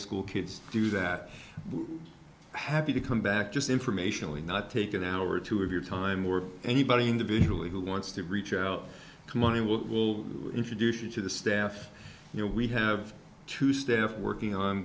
school kids do that happy to come back just informationally not take it an hour or two of your time or anybody individually who wants to reach out to money will introduce you to the staff you know we have two staff working on